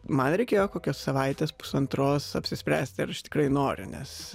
man reikėjo kokios savaitės pusantros apsispręsti ar aš tikrai noriu nes